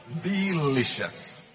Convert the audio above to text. delicious